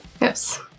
Yes